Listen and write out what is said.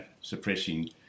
suppressing